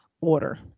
order